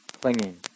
clinging